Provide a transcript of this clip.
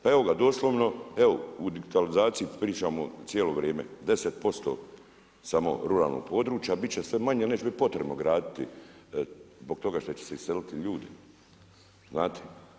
Pa evo ga, doslovno, evo o digitalizaciji pričamo cijelo vrijeme, 10% samo ruralnog područja, biti će sve manje jer neće biti potrebno graditi zbog toga što će se iseliti ljudi, znate.